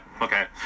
okay